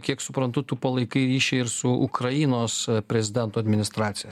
kiek suprantu tu palaikai ryšį ir su ukrainos prezidento administracija